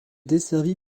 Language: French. desservi